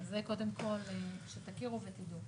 אז זה קודם כול שתכירו ותדעו.